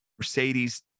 mercedes